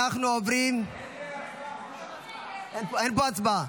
אין פה הצבעה,